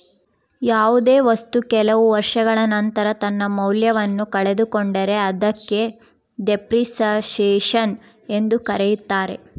ಯಾವುದೇ ವಸ್ತು ಕೆಲವು ವರ್ಷಗಳ ನಂತರ ತನ್ನ ಮೌಲ್ಯವನ್ನು ಕಳೆದುಕೊಂಡರೆ ಅದಕ್ಕೆ ಡೆಪ್ರಿಸಸೇಷನ್ ಎಂದು ಕರೆಯುತ್ತಾರೆ